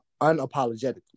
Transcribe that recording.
unapologetically